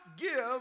give